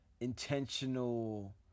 intentional